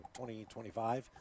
2025